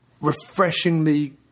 refreshingly